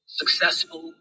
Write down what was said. successful